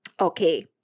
Okay